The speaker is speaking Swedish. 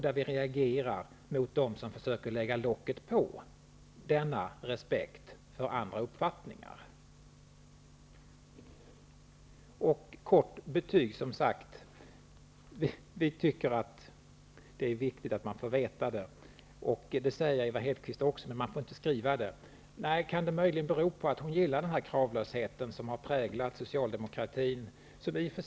Därför reagerar vi mot dem som försöker lägga locket på denna respekt för andra uppfattningar. När det gäller betyg tycker vi att det är viktigt att man får veta hur det går. Det tycker också Ewa Hedkvist, men att man inte får skriva ned dem. Kan det möjligen bero på att hon gillar den kravlöshet som har präglat Socialdemokratin?